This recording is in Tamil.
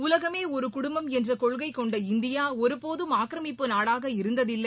உலகமே ஒரு குடும்பம் என்ற கொள்கை கொண்ட இந்தியா ஒருபோதும் ஆக்கிரமிப்பு நாடாக இருந்ததில்லை